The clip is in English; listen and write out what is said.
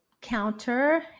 counter